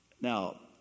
Now